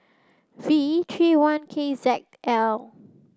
V three one K Z L